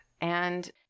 And-